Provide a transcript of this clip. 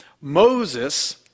Moses